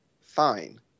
fine